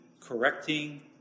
correcting